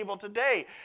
today